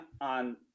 on